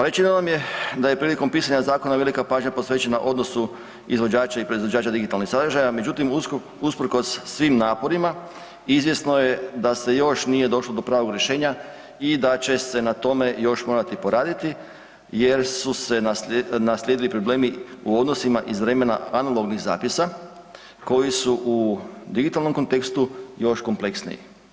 Rečeno nam je da je prilikom pisanja zakona velika pažnja posvećena odnosu izvođača i proizvođača digitalnih sadržaja međutim usprkos svim naporima izvjesno je da se još nije došlo do pravog rješenja i da će se na tome još morati poraditi jer su se naslijedili problemi u odnosima iz vremena analognih zapisa koji su u digitalnom kontekstu još kompleksniji.